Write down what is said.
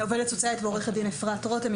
עו"ס ועו"ד אפרת רותם,